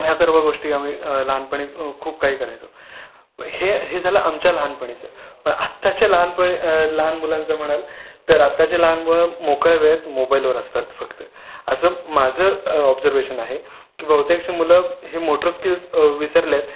ह्या सर्व गोष्टी आम्ही लहानपणी खूप काही करायचो हे हे झालं आमच्या लहानपणीचं पण आत्ताच्या लहानपणी लहान मुलांचं म्हणाल तर आत्ताची लहान मुलं मोकळ्या वेळेत मोबाईलवर असतात फक्त असं माझं ऑब्जर्वेशन आहे की बहुतांशी मुलं हे मोटर स्किल्स विसरले आहेत